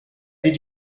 did